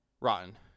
rotten